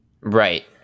Right